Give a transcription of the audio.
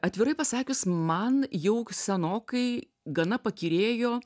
atvirai pasakius man jau senokai gana pakyrėjo